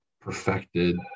perfected